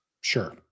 Sure